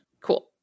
cool